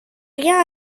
rien